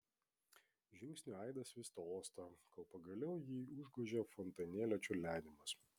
žingsnių aidas vis tolsta kol pagaliau jį užgožia fontanėlio čiurlenimas